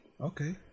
Okay